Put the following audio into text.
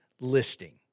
listing